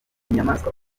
inyamaswa